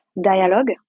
Dialogue